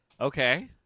Okay